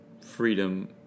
freedom